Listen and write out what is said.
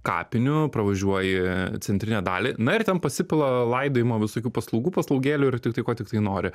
kapinių pravažiuoji centrinę dalį na ir ten pasipila laidojimo visokių paslaugų paslaugėlių ir tik tai ko tiktai nori